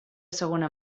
segona